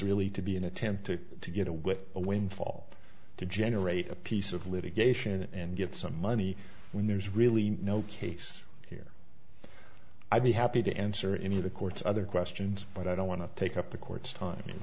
really to be an attempt to get away with a windfall to generate a piece of litigation and get some money when there's really no case here i'd be happy to answer any of the court's other questions but i don't want to take up the court's time